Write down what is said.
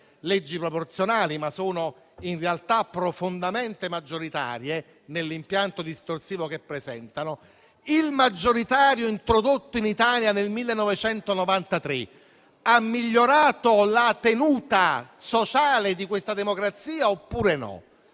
leggi proporzionali, mentre sono in realtà profondamente maggioritarie nell'impianto distorsivo che presentano. Il maggioritario introdotto in Italia nel 1993 ha migliorato la tenuta sociale di questa democrazia oppure no?